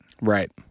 Right